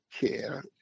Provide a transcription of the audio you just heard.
care